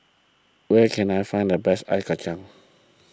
where can I find the best Ice Kachang